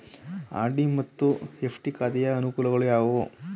RD ಮತ್ತು FD ಖಾತೆಯ ಅನುಕೂಲಗಳು ಯಾವುವು?